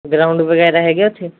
ground ਵਗੈਰਾ ਹੈਗੇ ਉੱਥੇ